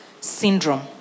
syndrome